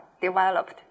developed